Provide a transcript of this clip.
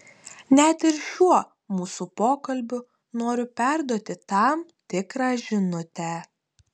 net ir šiuo mūsų pokalbiu noriu perduoti tam tikrą žinutę